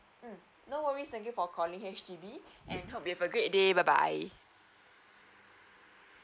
mm no worries thank you for calling H_D_B and hope you have a great day bye bye